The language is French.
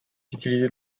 utilisé